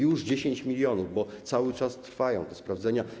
Już 10 mln, bo cały czas trwają te sprawdzania.